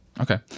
Okay